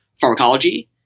pharmacology